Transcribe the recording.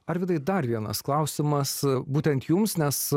arvydai dar vienas klausimas būtent jums nes